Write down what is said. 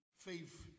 Faith